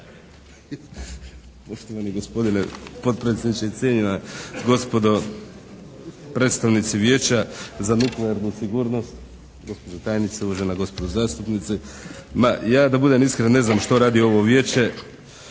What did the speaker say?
Poštovani gospodine potpredsjedniče, cijenjena gospodo predstavnici Vijeća za nuklearnu sigurnost, gospođo tajnice, uvažena gospodo zastupnici. Ma ja da budem iskren ne znam što radi ovo Vijeće,